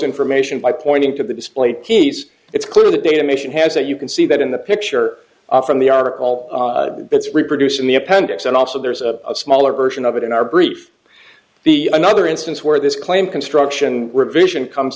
information by pointing to the displayed piece it's clear the data mission has that you can see that in the picture from the article it's reproduced in the appendix and also there's a smaller version of it in our brief the another instance where this claim construction revision comes